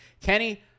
Kenny